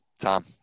tom